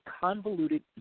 convoluted